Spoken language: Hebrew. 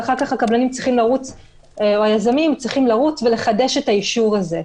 ואחר כך הקבלנים או היזמים צריכים לרוץ ולחדש את האישור הזה.